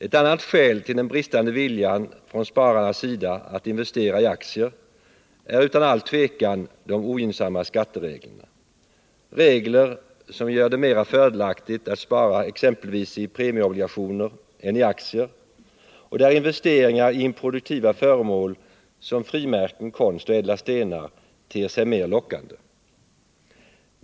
Ett annat skäl till spararnas bristande vilja att investera i aktier är utan all tvekan de ogynnsamma skattereglerna — regler som gör det mera fördelaktigt att spara i exempelvis premieobligationer än i aktier och där investeringar i improduktiva föremål såsom frimärken, konst och ädla stenar ter sig mer lockande.